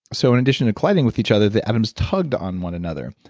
so in addition to colliding with each other, the atoms tugged on one another.